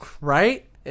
right